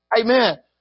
Amen